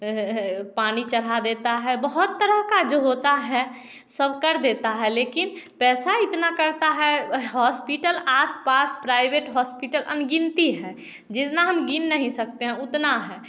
पानी चढ़ा देता है बहुत तरह का जो होता है सब कर देता है लेकिन पैसा इतना करता है हॉस्पिटल आस पास प्राइवेट हॉस्पिटल अनगिनत हैं जितना हम गिन नहीं सकते हैं उतना है